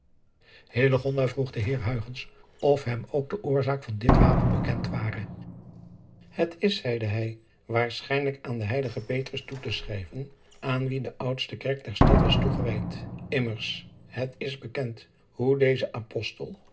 vroeg de eer of hem ook de oorzaak van dit wapen bekend ware et is zeide hij waarschijnlijk aan den eiligen toe te schrijven aan wien de oudste kerk dezer stad was toegewijd mmers het is bekend hoe deze postel